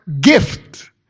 gift